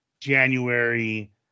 January